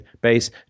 base